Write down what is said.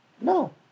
No